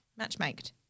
matchmaked